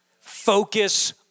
Focus